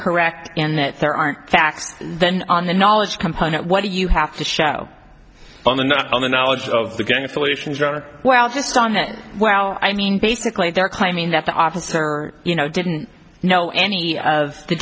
correct and that there aren't facts then on the knowledge component what do you have to show on and on the knowledge of the gang affiliations or well just on that well i mean basically they're claiming that the officer you know didn't know any of the